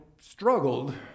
struggled